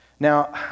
Now